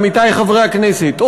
עמיתי חברי הכנסת,